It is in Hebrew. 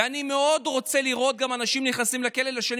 ואני גם מאוד רוצה לראות אנשים נכנסים לכלא לשנים